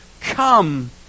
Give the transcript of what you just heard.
come